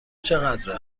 چقدر